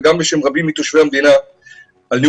וגם בשם רבים מתושבי המדינה על ניהול